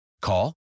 Call